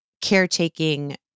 caretaking